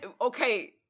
okay